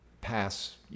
pass